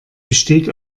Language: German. besteht